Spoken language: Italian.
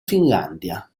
finlandia